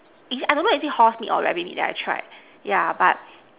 is it I don't know is it horse meat or rabbit meat ah that I tried yeah but